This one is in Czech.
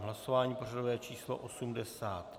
Hlasování pořadové číslo 85.